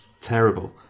terrible